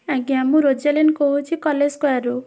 ଆଜ୍ଞା ମୁଁ ରୋଜାଳିନି କହୁଛି କଲେଜ୍ ସ୍କୋୟାର୍ ରୁ